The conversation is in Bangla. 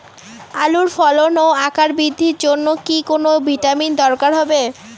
আলুর ফলন ও আকার বৃদ্ধির জন্য কি কোনো ভিটামিন দরকার হবে?